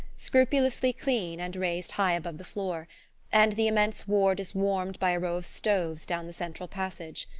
scrupulously clean and raised high above the floor and the immense ward is warmed by a row of stoves down the central passage.